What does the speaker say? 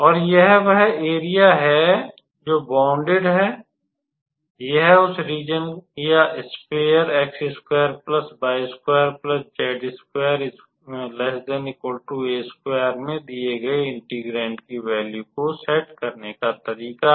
और यह वह एरिया है जोकि बौंडेड है यह उस रीज़न या स्फेयर में दिए गए इंटीग्रैंड की वैल्यू को सेट करने का तरीका है